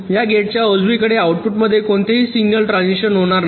या गेटच्या उजवीकडे आउटपुटमध्ये कोणतेही सिग्नल ट्रान्झिशन होणार नाही